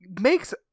makes